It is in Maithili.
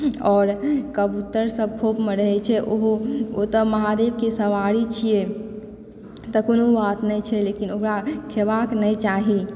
आओर कबूतर सब खोप मे रहै छै ओहो ओ तऽ महादेव के सवारी छियै तऽ कोनो बात नहि छै ओकरा खेबाक नहि चाही